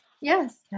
Yes